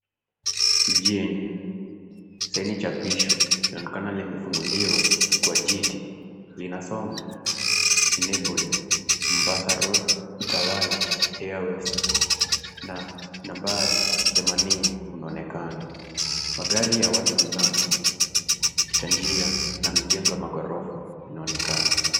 Mjini, sehemu chapishwa na nkana limefunguliwa kwa jiti, likionyesha jina Mombas, Utawala, Airways na nambari 80 zinaonekana. Magari ya watu binafsi, pamoja na majengo ya ghorofa, yanaonekana.